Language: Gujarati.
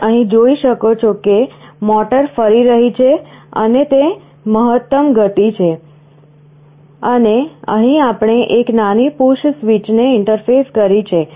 તમે અહીં જોઈ શકો છો કે મોટર ફરી રહી છે અને તે મહત્તમ ગતિ છે અને અહીં આપણે એક નાની પુશ સ્વીચ ને ઇન્ટરફેસ કરી છે